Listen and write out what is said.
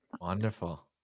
Wonderful